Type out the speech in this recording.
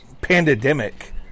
pandemic